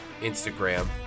Instagram